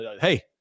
Hey